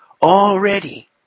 already